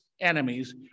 enemies